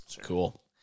Cool